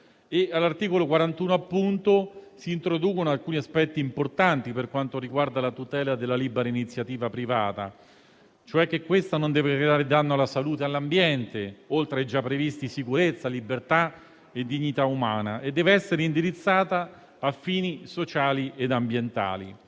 All'articolo 41 si introducono alcuni aspetti importanti per quanto riguarda la tutela della libera iniziativa privata, e cioè che questa non deve creare danno alla salute e all'ambiente, oltre alle già previste sicurezza, libertà e dignità umana, e deve essere indirizzata a fini sociali e ambientali.